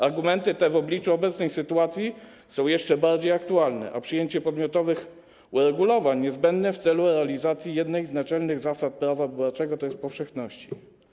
Argumenty te w obliczu obecnej sytuacji są jeszcze bardziej aktualne, a przyjęcie podmiotowych uregulowań jest niezbędne w celu realizacji jednej z naczelnych zasad prawa wyborczego, tj. zasady powszechności.